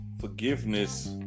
forgiveness